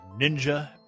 Ninja